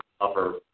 upper